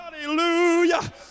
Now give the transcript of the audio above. Hallelujah